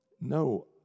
No